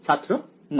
ছাত্র না